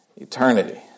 eternity